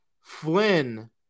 Flynn